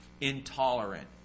intolerant